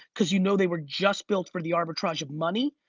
cause you know they were just built for the arbitrage of money.